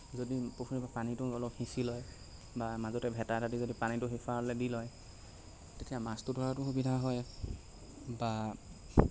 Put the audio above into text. যদি পুখুৰীৰ পৰা পানীটো অলপ সিচি লয় বা মাজতে ভেটা এটা দি যদি পানীটো ইফালে দি লয় তেতিয়া মাছটো ধৰাতো সুবিধা হয় বা